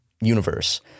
universe